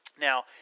Now